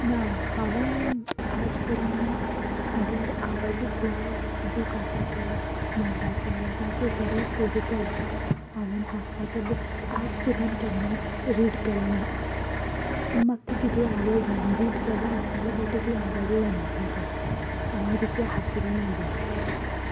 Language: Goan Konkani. ना हांवेंन आज पर्यंत म्हजे आवडितले बूक आसा तें मोगाचें नाजाल्यार ते सगळे स्टोरिकल बुक्स हांवें हांसपाचे बूक आज पर्यंत केन्नाच रीड केलें ना आनी म्हाका तें तितले आवड नाय हांवें रीड केलें आसतलें बट तितलें आवडलें म्हाका तें आनी हांव तितलें हासलें ना बी